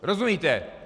Rozumíte?